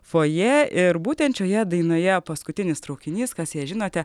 fojė ir būtent šioje dainoje paskutinis traukinys kas ją žinote